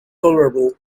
tolerable